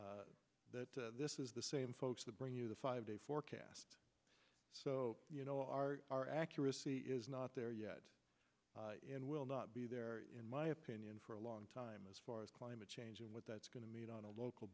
that this is the same folks that bring you the five day forecast so you know our our accuracy is not there yet and will not be there in my opinion for a long time as far as climate change and what that's going to meet on a local